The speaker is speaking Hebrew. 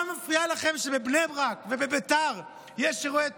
למה מפריע לכם שבבני ברק ובביתר יש אירועי תרבות?